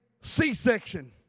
C-section